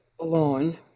alone